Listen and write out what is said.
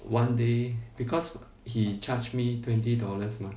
one day because he charged me twenty dollars mah